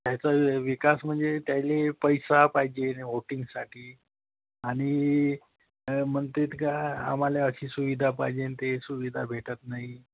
त्याचा वि विकास म्हणजे त्याला पैसा पाहिजे वोटिंगसाठी आणि म्हणतात का आम्हाला अशी सुविधा पाहिजे ते सुविधा भेटत नाही